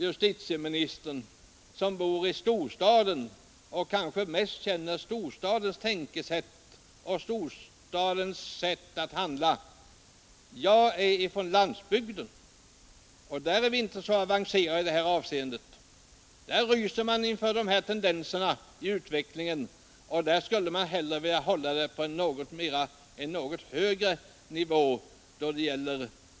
Justitieministern bor ju i storstaden och känner kanske mest till storstadsbons sätt att tänka och handla. Men jag är från landsbygden, och jag kan sä att där är vi inte så avancerade; där ryser man inför dessa tendenser i utvecklingen och skulle vilja hålla den på en något högre nivå.